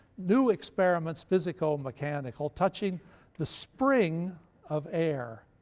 new experiments physico-mechanical touching the spring of air.